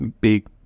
big